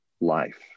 life